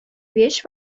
вещь